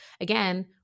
again